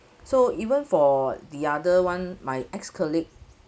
so even for the other one my ex colleague